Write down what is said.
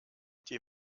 die